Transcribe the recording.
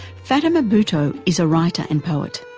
fatima bhutto is a writer and poet,